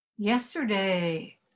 Yesterday